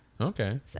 Okay